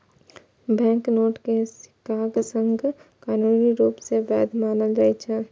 banknote कें सिक्काक संग कानूनी रूप सं वैध मानल जाइ छै